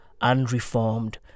unreformed